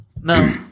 No